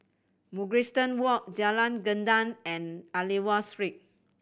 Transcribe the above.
Mugliston Walk Jalan Gendang and Aliwal Street